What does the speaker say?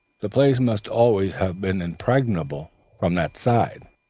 the place must always have been impregnable from that side,